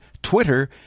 Twitter